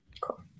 cool